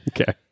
Okay